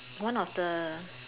one of the